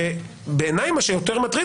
ובעיני מה שיותר מטריד,